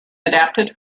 adapted